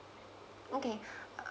okay uh